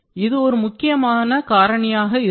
இது ஒரு முக்கியமான காரணியாக இருக்கும்